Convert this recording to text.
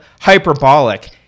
hyperbolic